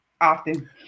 Often